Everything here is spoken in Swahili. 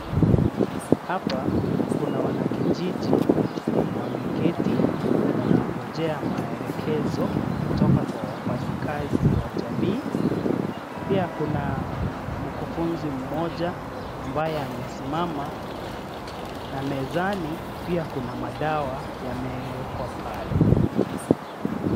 Hapa kuna wanakijiji. Wameketi wanaongojea maelekezo kutoka kwa wafanyikazi wa jamii. Pia kuna mkufunzi mmoja ambaye amesimama na mezani pia kuna madawa yameekwa pale.